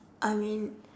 I mean